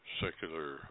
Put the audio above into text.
secular